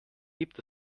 gibt